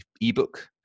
ebook